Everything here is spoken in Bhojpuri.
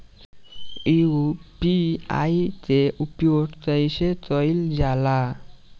यू.पी.आई के उपयोग कइसे कइल जाला?